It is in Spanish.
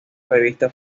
revista